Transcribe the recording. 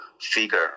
figure